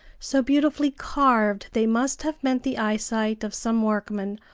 so beautifully carved they must have meant the eyesight of some workman,